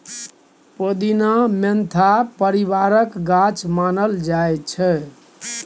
पोदीना mentha परिबारक गाछ मानल जाइ छै